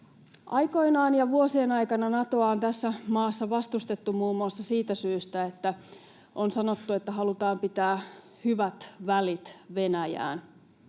Aikoinaan ja vuosien aikana Natoa on tässä maassa vastustettu muun muassa siitä syystä, että on sanottu, että halutaan pitää hyvät välit Venäjään.